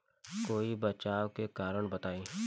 कोई बचाव के कारण बताई?